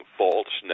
false